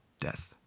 death